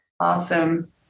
Awesome